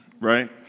right